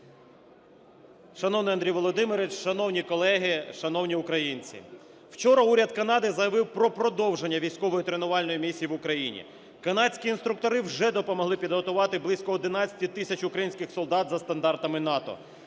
Шановний Андрій Володимирович, шановні колеги, шановні українці! Вчора уряд Канади заявив про продовження військової тренувальної місії в Україні. Канадські інструктори вже допомогли підготувати близько 11 тисяч українських солдат за стандартами НАТО.